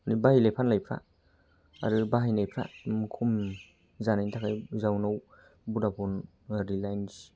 बायलाय फानलायफ्रा आरो बाहायनायफ्रा खम जानायनि थाखाय जावनाव बडाफन बा रिलाइन्स